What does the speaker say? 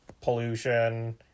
pollution